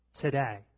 today